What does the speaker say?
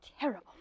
terrible